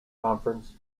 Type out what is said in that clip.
conference